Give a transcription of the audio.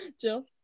jill